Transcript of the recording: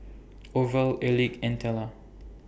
Orval Elick and Tella